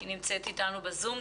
היא נמצאת איתנו בזום.